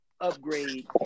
upgrade